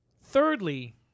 Thirdly